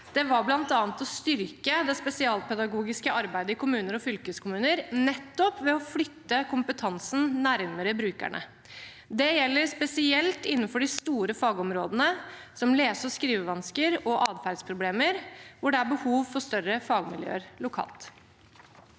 er bl.a. å styrke det spesialpedagogiske arbeidet i kommuner og fylkeskommuner nettopp ved å flytte kompetansen nærmere brukerne. Det gjelder spesielt innenfor de store fagområdene, som lese- og skrivevansker og atferdsproblemer, hvor det er behov for større fagmiljøer lokalt.